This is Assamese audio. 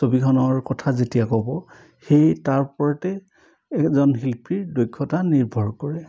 ছবিখনৰ কথা যেতিয়া ক'ব সেই তাৰ ওপৰতে এজন শিল্পীৰ দক্ষতা নিৰ্ভৰ কৰে